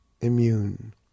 immune